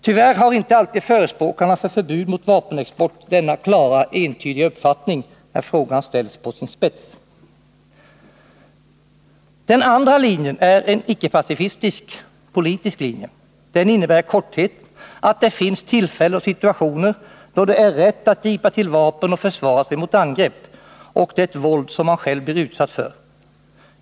Tyvärr har inte alltid förespråkarna för förbud mot vapenexport denna klara, entydiga uppfattning när frågan ställs på sin spets. Den andra linjen är en icke-pacifistisk-politisk linje. Den innebär i korthet att det finns tillfällen och situationer då det är rätt att gripa till vapen och försvara sig mot de angrepp samt det våld som man själv blir utsatt för.